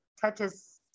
touches